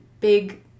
big